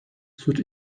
suç